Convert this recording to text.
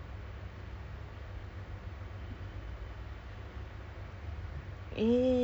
I prefer face to face rather than you buat meeting kat rumah leceh kan